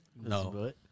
No